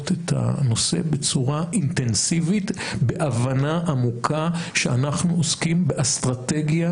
את הנושא בצורה אינטנסיבית בהבנה עמוקה שאנחנו עוסקים באסטרטגיה